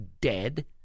dead